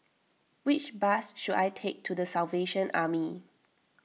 which bus should I take to the Salvation Army